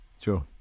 Sure